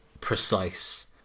precise